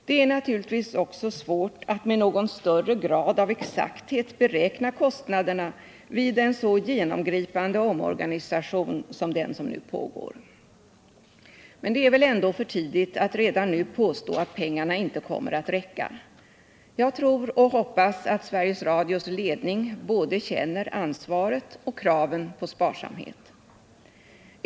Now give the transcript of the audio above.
Det är naturligtvis också svårt att med någon större grad av exakthet beräkna kostnaderna vid en så genomgripande omorganisation som den som nu pågår. Det är väl ändå för tidigt att redan nu påstå att pengarna inte kommer att räcka. Jag tror och hoppas att Sveriges Radios ledning både känner ansvaret och är medveten om kraven på sparsamhet.